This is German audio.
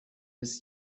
des